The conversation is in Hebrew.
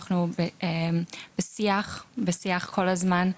אנחנו בשיח כל הזמן,